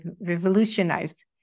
revolutionized